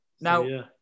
Now